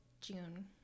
June